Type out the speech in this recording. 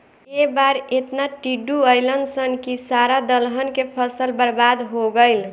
ए बार एतना टिड्डा अईलन सन की सारा दलहन के फसल बर्बाद हो गईल